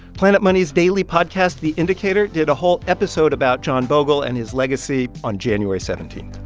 planet money's daily podcast, the indicator, did a whole episode about john bogle and his legacy on january seventeen